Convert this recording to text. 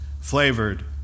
flavored